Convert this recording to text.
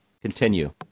continue